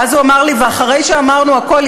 ואז הוא אמר לי: ואחרי שאמרנו הכול,